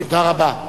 תודה רבה.